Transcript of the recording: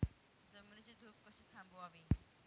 जमिनीची धूप कशी थांबवावी?